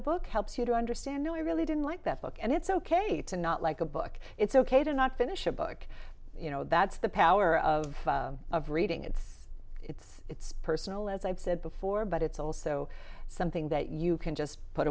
a book helps you to understand no i really didn't like that book and it's ok to not like a book it's ok to not finish a book you know that's the power of of reading it's it's it's personal as i've said before but it's also something that you can just put